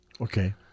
Okay